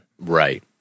Right